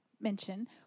mention